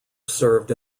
served